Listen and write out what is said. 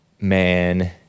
man